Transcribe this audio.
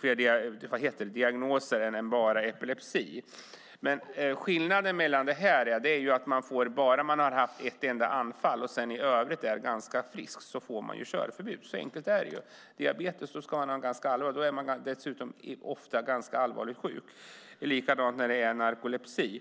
fler diagnoser än bara epilepsi. Men skillnaden är att även om man bara har haft ett anfall och i övrigt är ganska frisk får man körförbud. Så enkelt är det. Vid diabetes är man ofta ganska allvarligt sjuk. Likadant är det med narkolepsi.